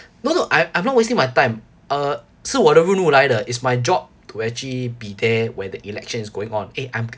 no no I I'm not wasting my time uh 是我的任务来的 is my job to actually be there when the election is going on eh I'm